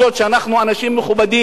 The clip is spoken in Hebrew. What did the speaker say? שאנחנו אנשים מכובדים,